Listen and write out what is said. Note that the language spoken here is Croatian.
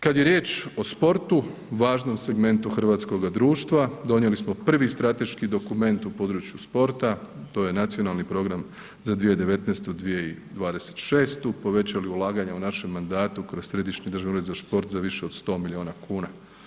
Kada je riječ o sportu, važnom segmentu hrvatskoga društva, donijeli smo prvi strateški dokument u području sporta to je Nacionalni program za 2019., 2026. povećali ulaganja u našem mandatu kroz Središnji državni ured šport za više od 100 milijuna kuna.